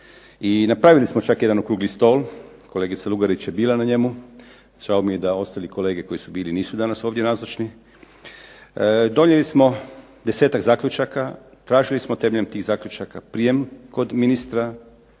i napravili smo čak jedan okrugli stol, kolegica Lugarić je bila na njemu. Žao mi je da ostali kolege koji su bili nisu ovdje danas nazočni. Donijeli smo desetak zaključaka, tražili smo temeljem tih zaključaka prijem kod ministra